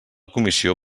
comissió